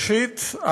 ראשית,